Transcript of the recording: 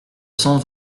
cent